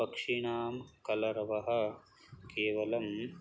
पक्षिणां कलरवः केवलं